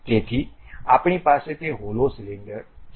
તેથી આપણી પાસે તે હોલો સિલિન્ડર છે